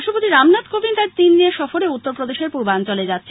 রাষ্ট্রপতি রামনাথ কোভিন্দ আজ তিনদিনের সফরে উত্তরপ্রদেশের পূর্বাঞ্চলে যাচ্ছেন